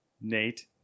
Nate